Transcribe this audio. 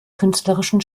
künstlerischen